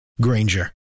Granger